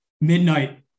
Midnight